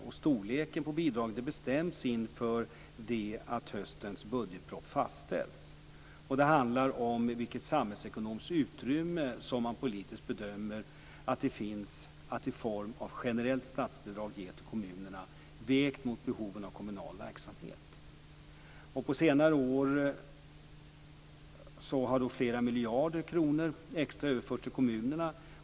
Och storleken på bidraget bestäms inför fastställandet av höstens budgetproposition. Det handlar om vilket samhällsekonomiskt utrymme som man politiskt bedömer att det finns att i form av generellt statsbidrag ge till kommunerna vägt mot behoven av kommunal verksamhet. På senare år har flera miljarder kronor extra överförts till kommunerna.